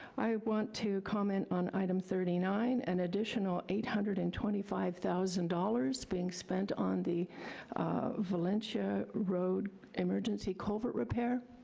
i want to comment on item thirty nine, an additional eight hundred and twenty five thousand dollars dollars being spent on the valencia road emergency culvert repair.